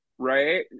right